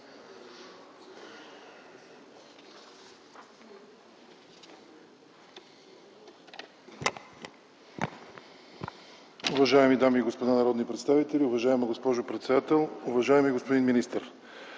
Уважаеми дами и господа народни представители, уважаема госпожо председател, уважаеми господин министър!